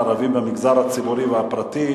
ושם יוחלט באיזו ועדה יהיה הדיון.